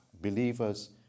believers